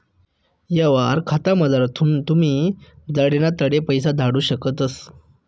यवहार खातामझारथून तुमी जडे नै तठे पैसा धाडू शकतस